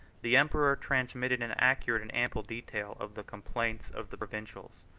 the emperor transmitted an accurate and ample detail of the complaints of the provincials,